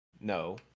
No